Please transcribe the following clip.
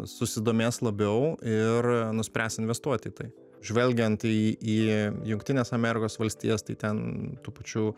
susidomės labiau ir nuspręs investuot į tai žvelgiant į į jungtines amerikos valstijas tai ten tų pačių